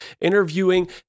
interviewing